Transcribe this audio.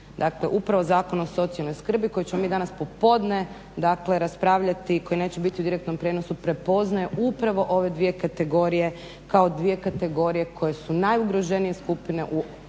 Dakle, upravo Zakon o socijalnom skrbi koji ćemo mi danas popodne dakle raspravljati, koji neće biti u direktnom prijenosu prepoznaje upravo ove dvije kategorije kao dvije kategorije koje su najugroženije skupine u Hrvatskoj